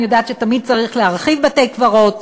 אני יודעת שתמיד צריך להרחיב בתי-קברות,